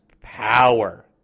power